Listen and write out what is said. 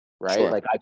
right